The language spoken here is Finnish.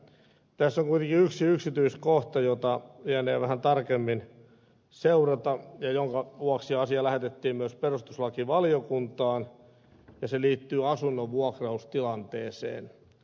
tässä on kuitenkin yksi yksityiskohta jota pitänee vähän tarkemmin seurata ja jonka vuoksi asia lähetettiin myös perustuslakivaliokuntaan ja se liittyy asunnon vuokraustilanteeseen